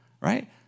right